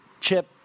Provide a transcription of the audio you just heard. chip